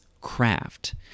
craft